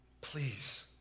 Please